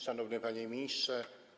Szanowny Panie Ministrze!